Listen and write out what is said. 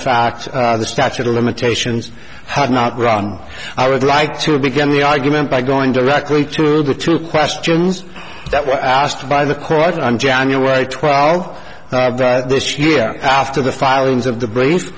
fact the statute of limitations had not run i would like to begin the argument by going directly to the two questions that were asked by the court on january twelfth of that this year after the firings of the bra